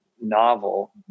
novel